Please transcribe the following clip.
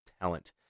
talent